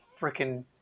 freaking